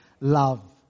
love